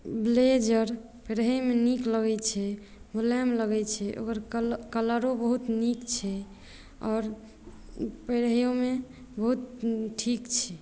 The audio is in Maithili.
ब्लेजर पहिरैमे नीक लगै छै मुलायम लगै छै ओकर कलरो बहुत नीक छै आओर पहिरयोमे बहुत ठीक छै